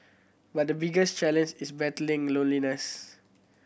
but the biggest challenge is battling loneliness